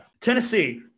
Tennessee